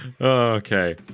Okay